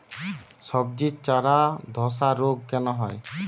সবজির চারা ধ্বসা রোগ কেন হয়?